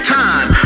time